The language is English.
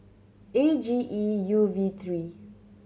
A G E U V three